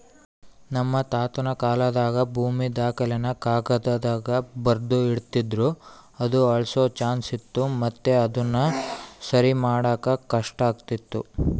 ನಮ್ ತಾತುನ ಕಾಲಾದಾಗ ಭೂಮಿ ದಾಖಲೆನ ಕಾಗದ್ದಾಗ ಬರ್ದು ಇಡ್ತಿದ್ರು ಅದು ಅಳ್ಸೋ ಚಾನ್ಸ್ ಇತ್ತು ಮತ್ತೆ ಅದುನ ಸರಿಮಾಡಾಕ ಕಷ್ಟಾತಿತ್ತು